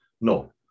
No